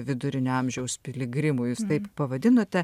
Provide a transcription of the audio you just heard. vidurinio amžiaus piligrimų jūs taip pavadinote